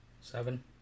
Seven